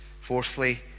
Fourthly